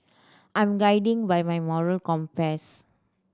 I'm guided by my moral compass